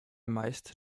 meist